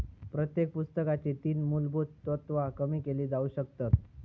प्रत्येक पुस्तकाची तीन मुलभुत तत्त्वा कमी केली जाउ शकतत